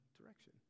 direction